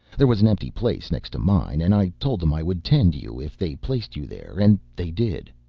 there was an empty place next to mine and i told them i would tend you if they placed you there, and they did.